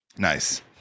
nice